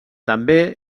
també